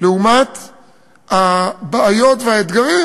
הבעיות והאתגרים,